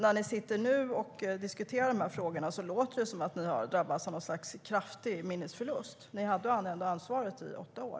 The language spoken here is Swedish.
När ni nu diskuterar de här frågorna låter det som om ni har drabbats av kraftig minnesförlust. Ni hade trots allt ansvaret i åtta år.